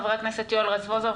חבר הכנסת יואל רזבוזוב,